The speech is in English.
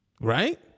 right